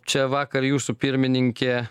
čia vakar jūsų pirmininkė